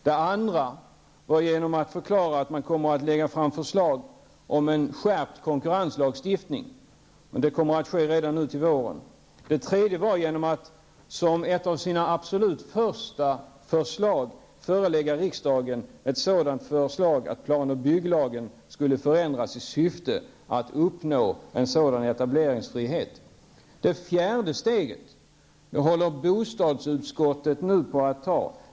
Det andra sättet var att förklara att man kommer att lägga fram förslag om en skärpt konkurrenslagstiftning. Det kommer att ske redan till våren 1992. Det tredje sättet var att som ett av sina absolut första förslag förelägga riksdagen ett förslag om att planoch bygglagen skulle förändras i syfte att uppnå en sådan etableringsfrihet. Det fjärde sättet arbetar bostadsutskottet för närvarande med.